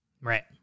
Right